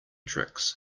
tricks